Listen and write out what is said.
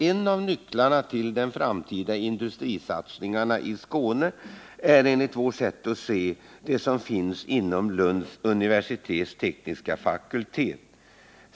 En av nycklarna till framtida industrisatsningar i Skåne är, enligt vårt sätt att se, verksamheten inom Lunds universitets tekniska fakultet.